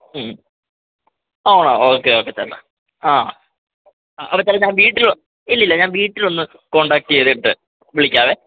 മ്മ് അഹ് അഹ് okay okay ചേട്ടാ അഹ് അ അതെ ചേട്ടാ ഞാൻ വീട്ടിൽ ഒ ഇല്ലില്ല ഞൻ വീട്ടിലൊന്ന് കോണ്ടാക്ട് ചെയ്തിട്ട് വിളിക്കാമേ